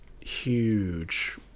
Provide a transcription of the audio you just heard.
huge